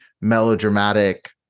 melodramatic